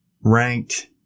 ranked